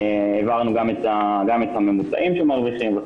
העברנו גם את הממוצעים שמרוויחים.